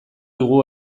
dugu